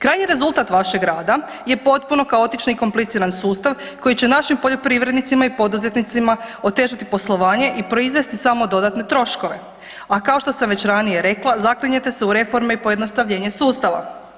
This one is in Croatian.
Krajnji rezultat vašeg rada je potpuno kaotičan i kompliciran sustav koji će našim poljoprivrednicima i poduzetnicima otežati poslovanje i proizvesti samo dodatne troškove a kao što sam već ranije rekla, zaklinjete se u reforme i pojednostavljenje sustava.